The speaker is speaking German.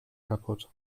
kapput